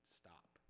stop